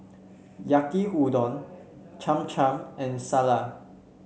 Yaki Udon Cham Cham and